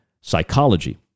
psychology